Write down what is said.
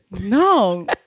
No